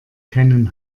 keinen